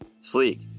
Sleek